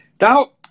Now